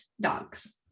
dogs